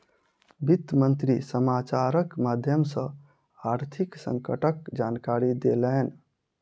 वित्त मंत्री समाचारक माध्यम सॅ आर्थिक संकटक जानकारी देलैन